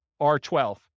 R12